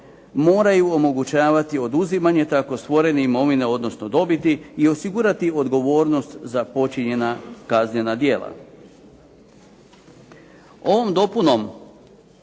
moraju omogućavati oduzimanje tako stvorene imovine, odnosno dobiti i osigurati odgovornost za počinjena kaznena djela. Ovom dopunom